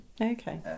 okay